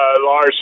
Lars